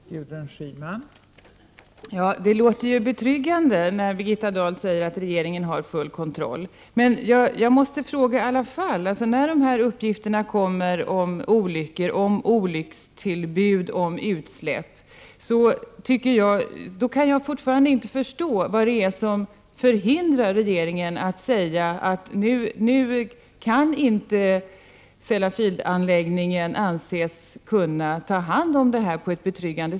Fru talman! Det låter betryggande när Birgitta Dahl säger att regeringen har full kontroll. Jag kan fortfarande inte förstå vad det är som hindrar regeringen att säga att Sellafieldanläggningen inte kan anses kunna ta hand om avfall på ett betryggande sätt när dessa uppgifter kommer om olyckor, olyckstillbud och utsläpp.